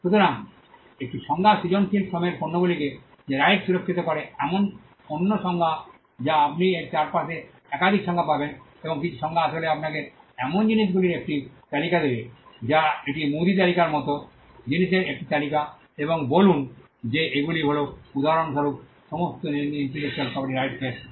সুতরাং একটি সংজ্ঞা সৃজনশীল শ্রমের পণ্যগুলিকে যা রাইটস সুরক্ষিত করে এমন অন্য সংজ্ঞা যা আপনি এর চারপাশে একাধিক সংজ্ঞা পাবেন এবং কিছু সংজ্ঞা আসলে আপনাকে এমন জিনিসগুলির একটি তালিকা দেবে যা এটি মুদি তালিকার মতো জিনিসের একটি তালিকা এবং বলুন যে এগুলি হল উদাহরণস্বরূপ সমস্ত ইন্টেলেকচুয়াল প্রপার্টি রাইটস